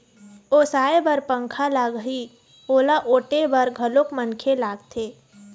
ओसाय बर पंखा लागही, ओला ओटे बर घलोक मनखे लागथे